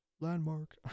Landmark